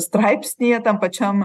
straipsnyje tam pačiam